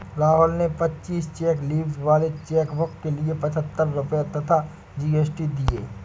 राहुल ने पच्चीस cheque leaves वाले चेकबुक के लिए पच्छत्तर रुपये तथा जी.एस.टी दिए